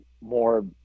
more